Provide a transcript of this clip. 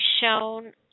shown